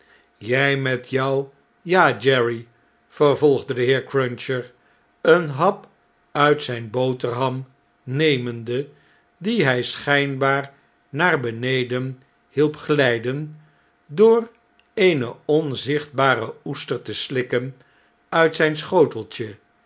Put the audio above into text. jn met jou ja jerry vervolgde de heer cruncher een hap uit zn'n boterham nemende dien hy schpbaar naar beneden hielp glijden door eene onzichtbare oester te slikken uit zijn schoteltje